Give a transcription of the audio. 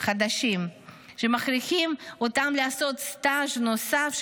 חדשים ומכריחים אותם לעשות סטאז' נוסף,